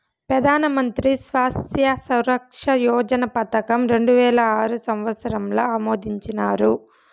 పెదానమంత్రి స్వాస్త్య సురక్ష యోజన పదకం రెండువేల ఆరు సంవత్సరంల ఆమోదించినారు